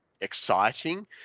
exciting